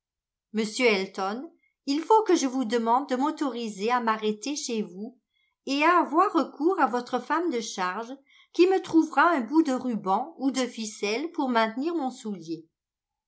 monsieur elton il faut que je vous demande de m'autoriser à m'arrêter chez vous et à avoir recours à votre femme de charge qui me trouvera un bout de ruban ou de ficelle pour maintenir mon soulier